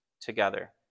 together